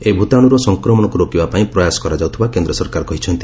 ଏହି ଭୂତାଣୁର ସଂକ୍ରମଣକୁ ରୋକିବାପାଇଁ ପ୍ରୟାସ କରାଯାଉଥିବା କେନ୍ଦ୍ର ସରକାର କହିଛନ୍ତି